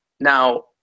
Now